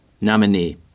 Nominee